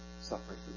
Suffering